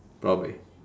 probably